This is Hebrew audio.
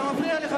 אתה מפריע לי,